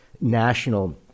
national